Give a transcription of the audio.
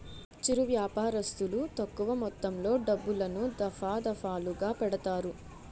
చిరు వ్యాపారస్తులు తక్కువ మొత్తంలో డబ్బులను, దఫాదఫాలుగా పెడతారు